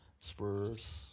Spurs